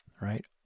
right